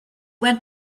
went